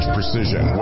Precision